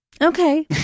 Okay